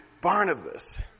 Barnabas